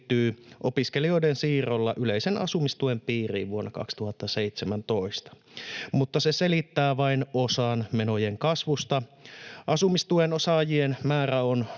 opiskelijoiden siirrolla yleisen asumistuen piiriin vuonna 2017, mutta se selittää vain osan menojen kasvusta. Asumistuen saajien määrä on